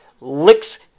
licks